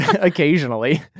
Occasionally